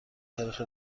تاریخ